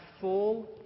full